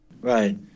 Right